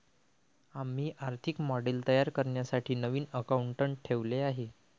आम्ही आर्थिक मॉडेल तयार करण्यासाठी नवीन अकाउंटंट ठेवले आहे